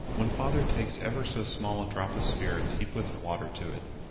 when father takes ever so small a drop of spirits, he puts water to it.